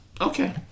Okay